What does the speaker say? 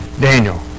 Daniel